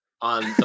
on